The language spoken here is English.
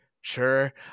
sure